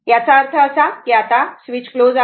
याचा अर्थ असा की हे स्वीच आता क्लोज आहे